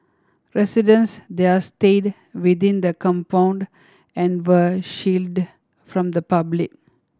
residents there stayed within the compound and were shielded from the public